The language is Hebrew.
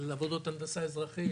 אלו עבודות הנדסה אזרחיים,